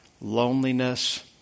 loneliness